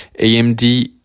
AMD